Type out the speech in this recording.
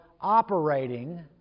operating